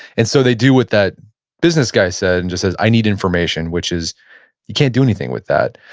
and so they do what that business guy said and just says, i need information, which is you can't do anything with that.